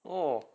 oh